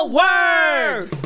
word